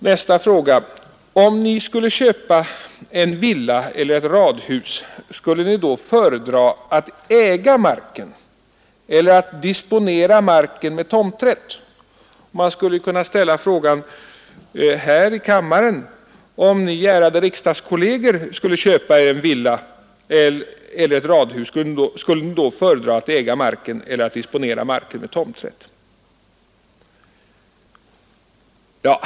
Nästa fråga löd: Om ni skulle köpa en villa eller ett radhus, skulle ni då föredra att äga marken eller att disponera marken med tomträtt? Man skulle kunna ställa samma fråga här i riksdagen: Om ni, ärade riksdagskolleger, skulle köpa en villa eller ett radhus, skulle ni då föredra att äga marken eller disponera marken med tomträtt?